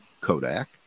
Kodak